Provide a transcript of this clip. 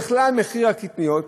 או בכלל מחיר הקטניות,